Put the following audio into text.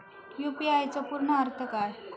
UPI चो पूर्ण अर्थ काय?